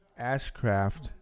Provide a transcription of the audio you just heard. Ashcraft